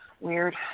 weird